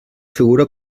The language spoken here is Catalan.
figura